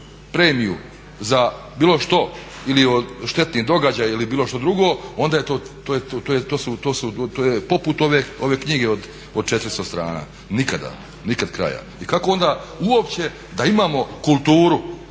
premiju za bilo što, ili štetni događaj ili bilo što drugo onda to je poput ove knjige od 400 strana. Nikada, nikad kraja. I kako onda uopće da imamo kulturu?